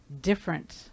different